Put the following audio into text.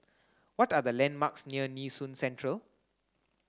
what are the landmarks near Nee Soon Central